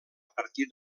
partir